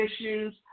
issues